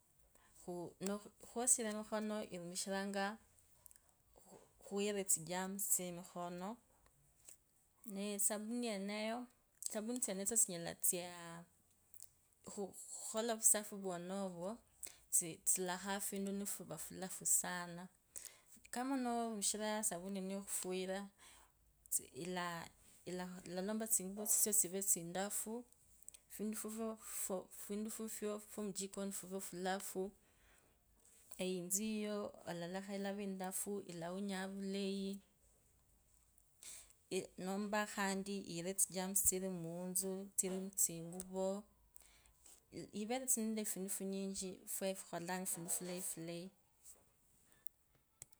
Khu khasia mikhono irumishiranga, khwira isigems tsemikhona, safuni yeneyo, sapuni tsenetso tsinala tsaa khola vusafi vwenevo, tsi, tsilakhanga fundu nifuri fulafu sana. kama noromishira safuni ineyo khufuira, ilaa ilalomba tsinguru tsitso tsire tsindafu, fundu fufwe fwa muchiko fuve fulafu, eyitso yiyo alakha iweindafu ilaunyanga vulayi, eeh, nomba khandi ire thigerms tsiri muthinguvu, evere tsa nende fundi funyinyi fweikholanga fulayi fulayi.